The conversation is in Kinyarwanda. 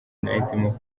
nahisemo